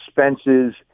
expenses